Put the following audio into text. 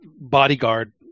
bodyguard